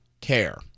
care